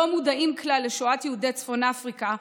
לא מודעים כלל לשואת יהודי צפון אפריקה,